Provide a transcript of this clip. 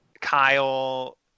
Kyle